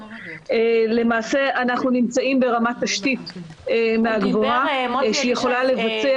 למעשה אנחנו נמצאים ברמת תשתית מהגבוהה שיכולה לבצע